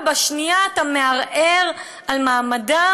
ובשנייה אתה מערער על מעמדם,